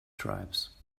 tribes